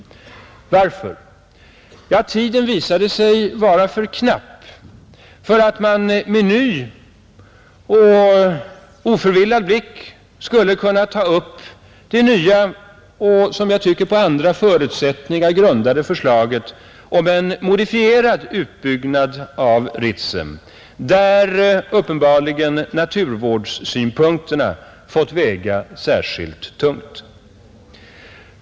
Varför? Ja, tiden visade sig vara för knapp för att man med ny och oförvillad blick skulle kunna ta upp det nya och, som jag tycker, på andra förutsättningar grundade förslaget om en modifierad utbyggnad av Ritsem, där uppenbarligen naturvårdssynpunkterna fått väga särskilt tungt.